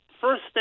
First